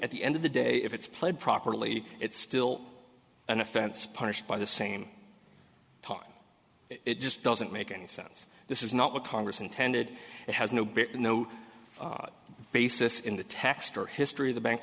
at the end of the day if it's played properly it's still an offense punished by the same it just doesn't make any sense this is not what congress intended and has no bit and no basis in the text or history of the bank